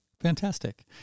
Fantastic